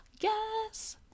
yes